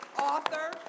author